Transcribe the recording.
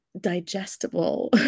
digestible